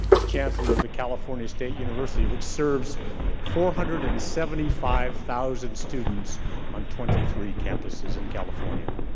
as chancellor of the california state university which serves four hundred and seventy five thousand students on twenty three campuses in california.